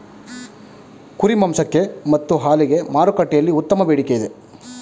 ಕುರಿ ಮಾಂಸಕ್ಕೆ ಮತ್ತು ಹಾಲಿಗೆ ಮಾರುಕಟ್ಟೆಯಲ್ಲಿ ಉತ್ತಮ ಬೇಡಿಕೆ ಇದೆ